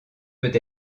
peut